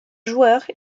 joueur